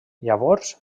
llavors